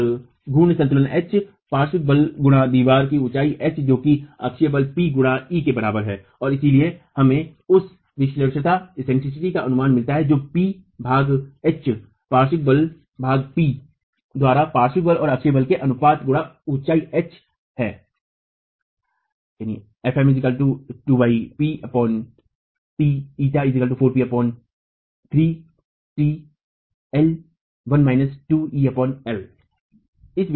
और घूर्णी संतुलन h एच पार्श्व बल गुणा दीवार की ऊंचाई h एच जो की अक्षीय बल P गुणा e के बराबर है और इसलिए हमें उस विलक्षणता का अनुमान मिलता है जो P पी भाग H एच पार्श्व बल भाग P पी द्वारा पार्श्व बल और अक्षीय बल के अनुपात गुणा ऊंचाई h एच है